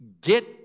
Get